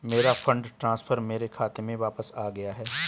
मेरा fund transfer मेरे खाते में वापस आ गया है